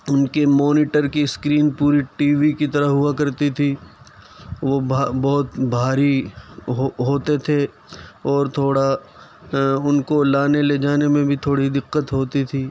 اُن کے مونیٹر کی اسکرین پوری ٹی وی کی طرح ہوا کرتی تھی وہ بہت بھاری ہو ہوتے تھے اور تھوڑا ان کو لانے لے جانے میں بھی تھوڑی دقّت ہوتی تھی